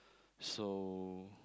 so